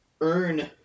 earn